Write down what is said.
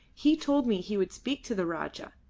he told me he would speak to the rajah,